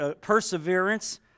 perseverance